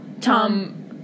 Tom